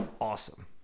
awesome